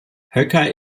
höcker